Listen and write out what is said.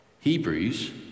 Hebrews